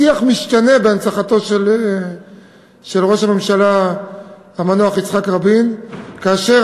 השיח בהנצחתו של ראש הממשלה המנוח יצחק רבין משתנה,